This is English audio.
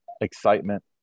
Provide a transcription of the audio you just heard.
excitement